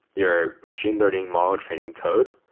your machine learning model training code.